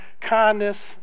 kindness